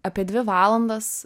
apie dvi valandas